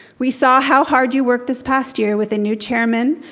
we saw how hard you work this past year with a new chairman,